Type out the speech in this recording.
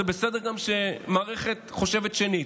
זה גם בסדר שמערכת חושבת שנית,